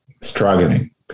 struggling